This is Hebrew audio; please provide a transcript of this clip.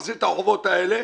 מחזיר את החובות האלה,